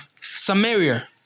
Samaria